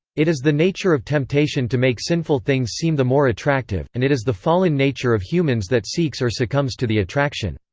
it is the nature of temptation to make sinful things seem the more attractive, and it is the fallen nature of humans that seeks or succumbs to the attraction.